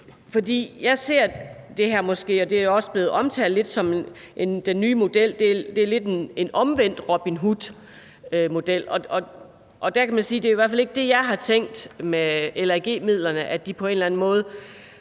det her – og den nye model er også blevet omtalt sådan – lidt som en omvendt Robin Hood-model. Og der kan man sige, at det i hvert fald ikke er det, jeg har tænkt med LAG-midlerne, altså at de på en eller anden måde